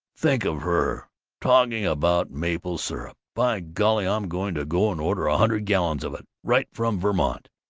think of her talking about maple syrup! by golly, i'm going to go and order a hundred gallons of it, right from vermont!